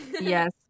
Yes